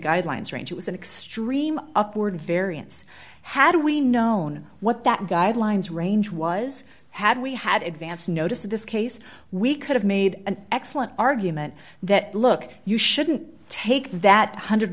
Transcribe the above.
guidelines range was an extreme upward variance had we known what that guidelines range was had we had advance notice of this case we could have made an excellent argument that look you shouldn't take that one hundred